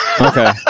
Okay